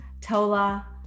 Tola